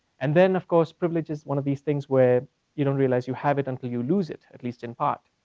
and then, of course, privilege is one of these things where you don't realize you have it until you lose it, at least in part.